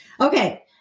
Okay